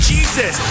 Jesus